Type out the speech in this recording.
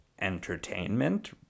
entertainment